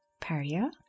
Paria